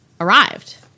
arrived